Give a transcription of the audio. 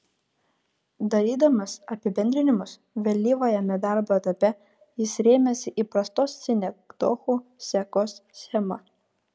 darydamas apibendrinimus vėlyvajame darbo etape jis rėmėsi įprastos sinekdochų sekos schema